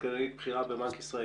כלכלנית בכירה בבנק ישראל,